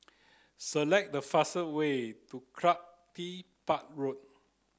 select the fastest way to Park Road